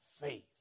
faith